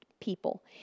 people